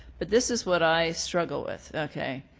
but this is what i struggle with. okay.